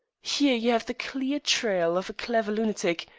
here you have the clear trail of a clever lunatic,